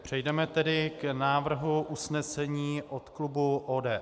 Přejdeme tedy k návrhu usnesení od klubu ODS.